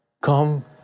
Come